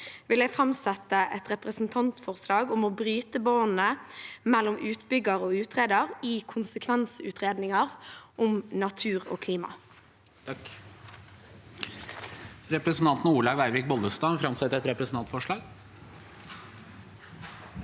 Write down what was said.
vil jeg framsette et representantforslag om å bryte båndene mellom utbygger og utreder i konsekvensutredninger om natur og klima. Presidenten Representanten Olaug Ver- vik Bollestad vil framsette et representantforslag.